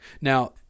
Now